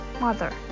mother